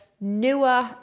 newer